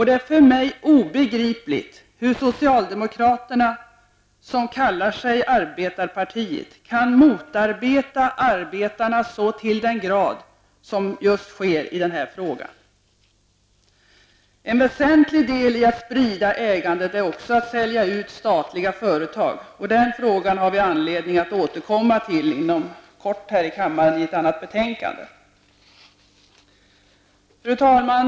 Det är för mig obegripligt hur socialdemokraterna, som kallar sig arbetarpartiet, kan motarbeta arbetarna så till den grad som sker just i den frågan. En väsentlig del i att sprida ägandet är att sälja ut statliga företag. Den frågan har vi anledning att återkomma till inom kort här i kammaren i ett annat betänkande. Fru talman!